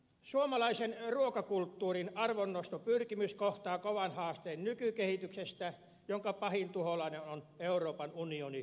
suomalaisen ruokakulttuurin arvonnostopyrkimys kohtaa kovan haasteen nykykehityksessä jonka pahin tuholainen on euroopan unioni direktiiveineen